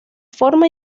forma